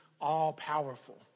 all-powerful